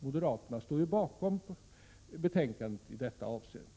Moderaterna står ju bakom betänkandet i detta avseende.